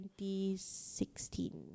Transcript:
2016